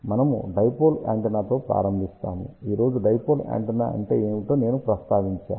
మనము డైపోల్ యాంటెన్నాతో ప్రారంభిస్తాము ఈ రోజు డైపోల్ యాంటెన్నా అంటే ఏమిటో నేను ప్రస్తావించాను